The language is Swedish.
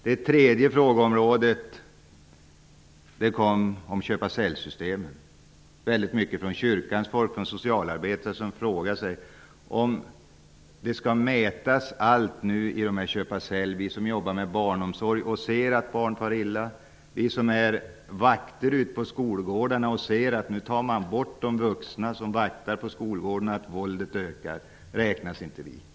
Det tredje frågeområdet var köpa--sälj-systemen. Väldigt många bland kyrkans folk och bland socialarbetare frågar sig om allt nu skall mätas i köpa--sälj. Vi som jobbar med barnomsorg och ser att barn far illa, vi som arbetar i skolan och ser att man nu tar bort de vuxna som vaktar på skolgårdarna och hur våldet ökar, räknas inte vi?